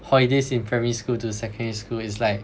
holidays in primary school to secondary school is like